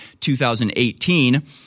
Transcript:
2018